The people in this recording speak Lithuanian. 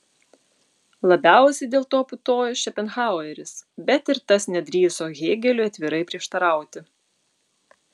labiausiai dėl to putojo šopenhaueris bet ir tas nedrįso hėgeliui atvirai prieštarauti